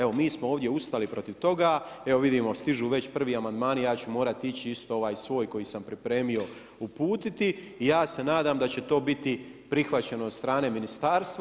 Evo mi smo ovdje ustali protiv toga, evo vidimo stižu već prvi amandmani, ja ću morati ići isto ovaj svoj koji sam pripremio uputiti i ja se nadam da će to biti prihvaćeno od strane ministarstva.